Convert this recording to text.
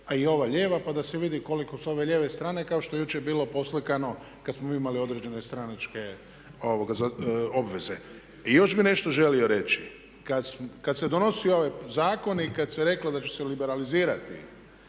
a i ova lijeva pa da se vidi koliko s ove lijeve strane, kao što je jučer bilo poslikano kad smo mi imali određene stranačke obveze. I još bi nešto želio reći. Kad se donosio ovaj zakon i kad se reklo da će liberalizirati